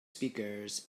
speakers